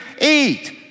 eat